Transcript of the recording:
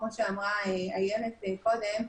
כמו שאמרה איילת קודם,